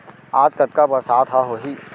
आज कतका बरसात ह होही?